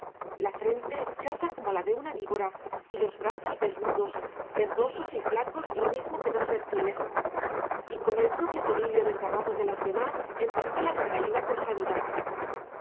la frente chata como la de una víbora y los brazos desnudos verdosos y flacos lo mismo que dos reptiles y con el propio tonillo desgarrado de las demás empezó la retahíla